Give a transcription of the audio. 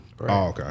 okay